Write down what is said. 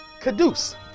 Caduce